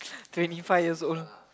twenty five years old